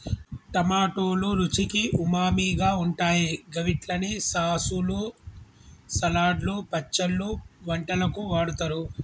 టమాటోలు రుచికి ఉమామిగా ఉంటాయి గవిట్లని సాసులు, సలాడ్లు, పచ్చళ్లు, వంటలకు వాడుతరు